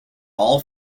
all